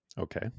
okay